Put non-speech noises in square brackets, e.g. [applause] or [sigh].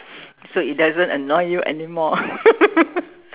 so it doesn't annoy you anymore [laughs]